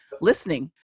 listening